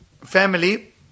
family